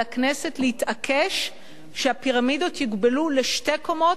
על הכנסת להתעקש שהפירמידות יוגבלו לשתי קומות,